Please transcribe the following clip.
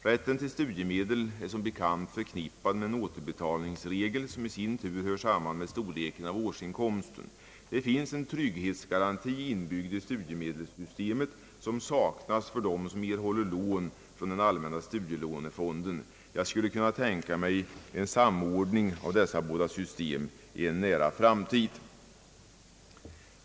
Rätten till studiemedel är som bekant förknippad med en återbetalningsregel, som i sin tur hör samman med storleken av årsinkomsten. Det finns i studiemedelssystemet inbyggd en trygghetsgaranti, som saknas för dem som erhåller lån från allmänna studielånefonden. Jag skulle kunna tänka mig en samordning av dessa båda system i en nära framtid.